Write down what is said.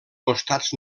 costats